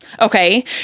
Okay